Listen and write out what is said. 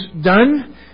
done